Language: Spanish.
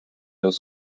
los